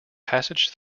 passage